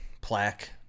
plaque